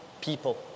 people